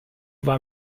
war